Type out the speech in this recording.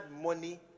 money